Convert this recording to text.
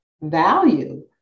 value